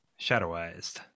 Shadowized